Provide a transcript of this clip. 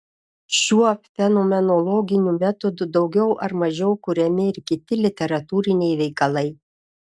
šiuo fenomenologiniu metodu daugiau ar mažiau kuriami ir kiti literatūriniai veikalai